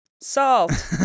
salt